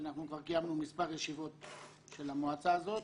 אנחנו כבר קיימנו מספר ישיבות של המועצה הזאת.